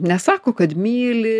nesako kad myli